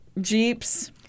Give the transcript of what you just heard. Jeeps